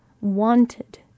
wanted